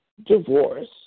Divorce